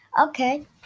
Okay